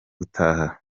gutaha